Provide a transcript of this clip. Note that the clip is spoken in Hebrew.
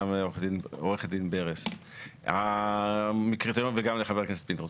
גם לעורכת הדין ברס וגם לחבר הכנסת פינדרוס